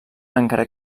encara